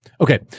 Okay